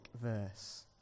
verse